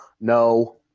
No